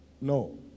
No